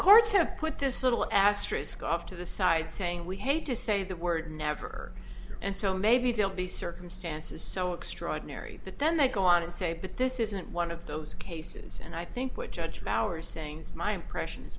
courts have put this little asterisk off to the side saying we hate to say the word never and so maybe they'll be circumstances so extraordinary that then they go on and say but this isn't one of those cases and i think what judge of our sayings my impression is